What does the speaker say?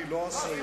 אני לא אסיים.